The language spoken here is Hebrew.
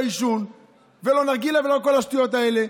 עישון ולא נרגילה ולא כל השטויות האלה.